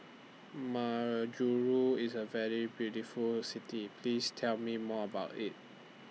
Majuro IS A very beautiful City Please Tell Me More about IT